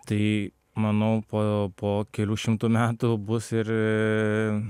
tai manau po po kelių šimtų metų bus ir